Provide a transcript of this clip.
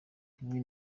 rimwe